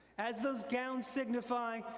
as those gowns signify,